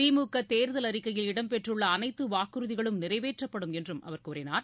திமுகதோதல் அறிக்கையில் இடம்பெற்றுள்ளஅனைத்துவாக்குறுதிகளும் நிறைவேற்றப்படும் என்றும் அவர் கூறினார்